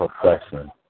profession